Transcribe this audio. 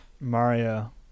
Mario